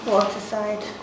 Waterside